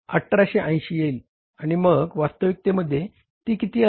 1880 येईल आणि मग वास्तविकतेमध्ये ती किती आहे